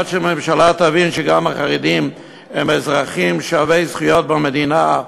עד שהממשלה תבין שגם החרדים הם אזרחים שווי זכויות במדינה,